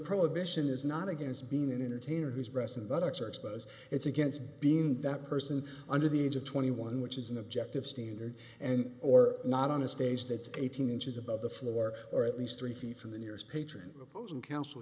prohibition is not against being an entertainer whose present buttocks are exposed it's against being that person under the age of twenty one which is an objective standard and or not on a stage that's eighteen inches above the floor or at least three feet from the nearest patron opposing counsel